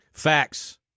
Facts